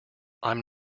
i’m